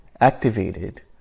activated